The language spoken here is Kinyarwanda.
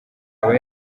aba